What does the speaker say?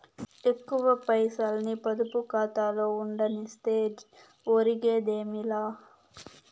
ఎక్కువ పైసల్ని పొదుపు కాతాలో ఉండనిస్తే ఒరిగేదేమీ లా